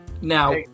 Now